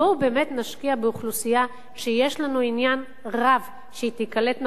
בואו באמת נשקיע באוכלוסייה שיש לנו עניין רב שהיא תיקלט נכון,